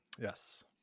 Yes